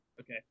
okay